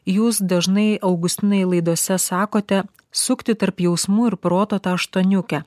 jūs dažnai augustinai laidose sakote sukti tarp jausmų ir proto tą aštuoniukę